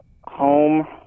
home